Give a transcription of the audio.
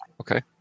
Okay